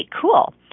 cool